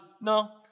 No